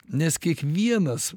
nes kiekvienas